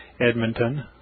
Edmonton